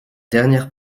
dernière